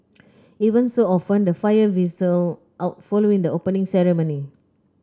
ever so often the fire fizzles out following the Opening Ceremony